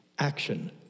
Action